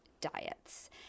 diets